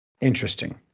interesting